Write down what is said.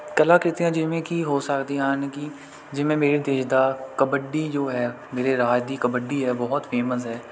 ਕਲਾਕ੍ਰਿਤੀਆਂ ਜਿਵੇਂ ਕਿ ਹੋ ਸਕਦੀਆਂ ਹਨ ਕਿ ਜਿਵੇਂ ਮੇਰੇ ਦੇਸ਼ ਦਾ ਕਬੱਡੀ ਜੋ ਹੈ ਮੇਰੇ ਰਾਜ ਦੀ ਕਬੱਡੀ ਹੈ ਬਹੁਤ ਫੇਮਸ ਹੈ